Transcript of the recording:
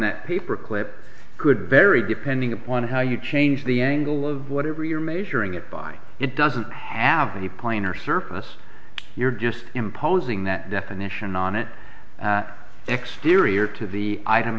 that paperclip could vary depending upon how you change the angle of whatever you're measuring it by it doesn't have the planar surface you're just imposing that definition on it exterior to the item